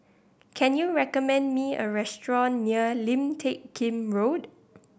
can you recommend me a restaurant near Lim Teck Kim Road